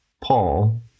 Paul